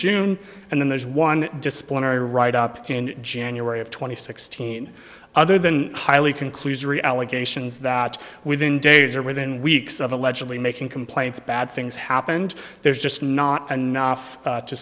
june and then there's one disciplinary write up in january of two thousand and sixteen other than highly conclusionary allegations that within days or within weeks of allegedly making complaints bad things happened there's just not enough to